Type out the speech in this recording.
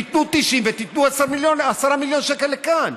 תיתנו 90 ותיתנו 10 מיליון שקל לכאן.